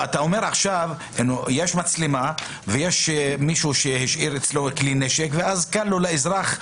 אתה אומר עכשיו שיש מצלמה ויש מישהו שהשאיר אצלו כלי נשק ואז לאזרח קל.